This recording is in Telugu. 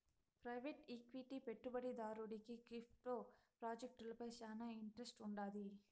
ప్రైవేటు ఈక్విటీ పెట్టుబడిదారుడికి క్రిప్టో ప్రాజెక్టులపై శానా ఇంట్రెస్ట్ వుండాది